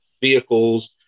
vehicles